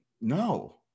no